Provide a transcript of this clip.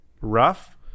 rough